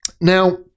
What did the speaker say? Now